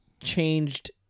changed